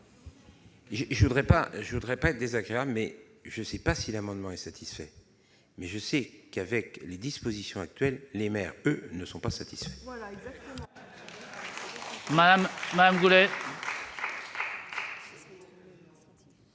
Je ne voudrais pas être désagréable, mais tout de même : j'ignore si les amendements sont satisfaits, mais je sais que, avec les dispositions actuelles, les maires, eux, ne sont pas satisfaits